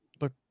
look